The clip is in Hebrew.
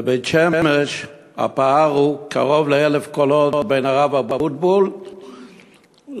בבית-שמש הפער הוא קרוב ל-1,000 קולות בין הרב אבוטבול לבין